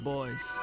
Boys